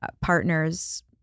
partner's